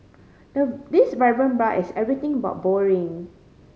the this vibrant bar is everything but boring